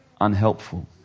unhelpful